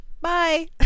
Bye